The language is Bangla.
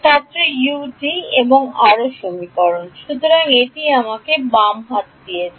ছাত্র U3 সুতরাং এটি আমাকে বাম হাত দিয়েছে